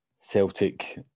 Celtic